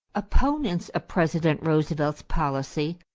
opponents of president roosevelt's policy,